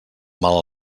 mal